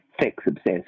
sex-obsessed